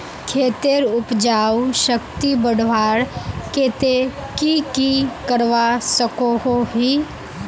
खेतेर उपजाऊ शक्ति बढ़वार केते की की करवा सकोहो ही?